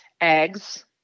eggs